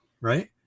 right